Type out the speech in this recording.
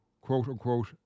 quote-unquote